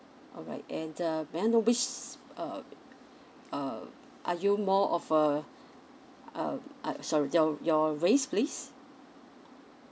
all right and uh may I know which uh uh are you more of uh um uh sorry your your race please